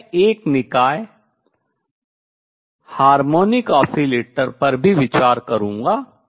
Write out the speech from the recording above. मैं एक निकाय हार्मोनिक ऑसीलेटर आवर्ती दोलक पर भी विचार करूंगा